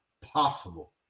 possible